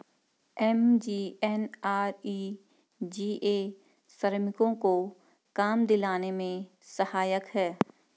MGNREGA श्रमिकों को काम दिलाने में सहायक है